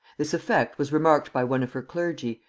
this effect was remarked by one of her clergy,